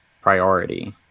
priority